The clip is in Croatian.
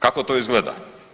Kako to izgleda?